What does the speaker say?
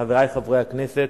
חברי חברי הכנסת,